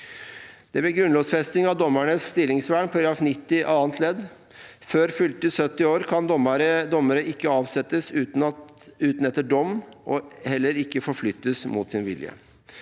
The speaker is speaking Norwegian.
rett. Grunnlovfesting av dommernes stillingsvern, § 90 nytt annet ledd: «Før fylte 70 år kan dommere ikke avsettes uten etter dom og heller ikke forflyttes mot sin vilje.»